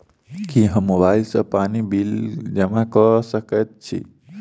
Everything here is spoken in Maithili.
की हम मोबाइल सँ पानि बिल जमा कऽ सकैत छी?